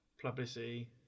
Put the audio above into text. publicity